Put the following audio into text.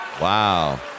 Wow